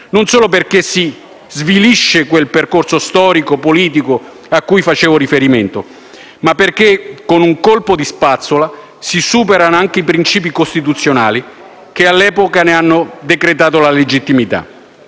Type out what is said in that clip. in tale modo si svilisce quel percorso storico-politico a cui facevo riferimento, ma perché, con un colpo di spazzola, si superano anche i principi costituzionali che all'epoca ne hanno decretato la legittimità.